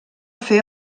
fer